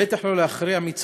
בטח לא להכריע מי צודק.